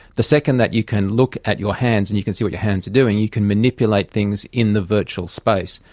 the second is that you can look at your hands and you can see what your hands are doing, you can manipulate things in the virtual space.